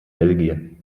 belgien